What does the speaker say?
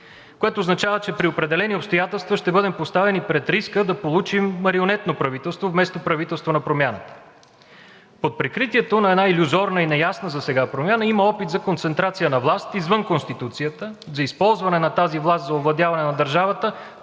което означава, че при определени обстоятелства ще бъдем поставени пред риска да получим марионетно правителство вместо правителство на промяната. Под прикритието на една илюзорна и неясна засега промяна има опит за концентрация на власт извън Конституцията, за използване на тази власт за овладяване на държавата